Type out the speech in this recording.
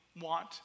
want